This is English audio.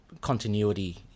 continuity